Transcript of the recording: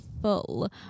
full